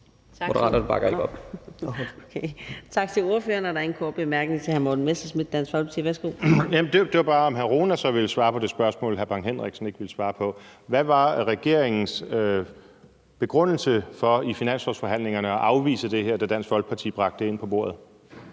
Hvad var regeringens begrundelse i finanslovsforhandlingerne for at afvise det her, da Dansk Folkeparti bragte det ind på bordet?